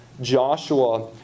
Joshua